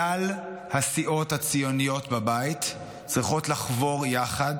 כלל הסיעות הציוניות בבית צריכות לחבור יחד